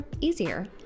easier